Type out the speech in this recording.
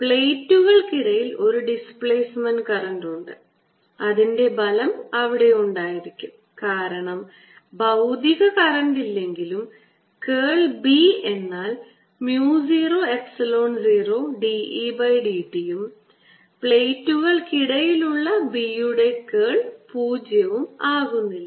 പ്ലേറ്റുകൾക്കിടയിൽ ഒരു displacement current ഉണ്ട് അതിൻറെ ഫലം അവിടെ ഉണ്ടായിരിക്കും കാരണം ഭൌതിക കറന്റ് ഇല്ലെങ്കിലും കേൾ B എന്നാൽ mu 0 epsilon 0 d E by dt ഉം പ്ലേറ്റുകൾക്കിടയിലുള്ള B യുടെ കേൾ 0 ആകുന്നില്ല